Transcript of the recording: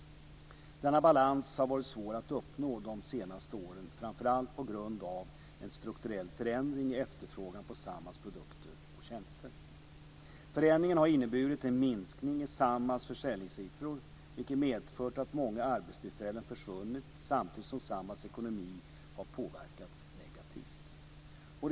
Denna balans har varit svår att uppnå de senaste åren, framför allt på grund av en strukturell förändring i efterfrågan på Samhalls produkter och tjänster. Förändringen har inneburit en minskning i Samhalls försäljningssiffror, vilket medfört att många arbetstillfällen försvunnit samtidigt som Samhalls ekonomi har påverkats negativt.